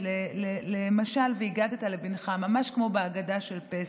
למשל "והגדת לבנך", ממש כמו בהגדה של פסח.